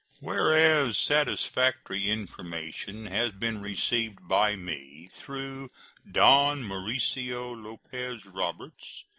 whereas satisfactory information has been received by me, through don mauricio lopez roberts,